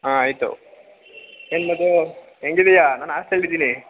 ಹಾಂ ಆಯಿತು ಏನು ಮದು ಹೆಂಗಿದೀಯಾ ನಾನು ಹಾಸ್ಟ್ಲಲ್ಲಿ ಇದ್ದೀನಿ